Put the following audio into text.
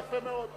יפה מאוד.